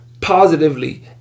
positively